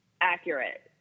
accurate